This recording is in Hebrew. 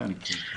איציק, זה הוזכר.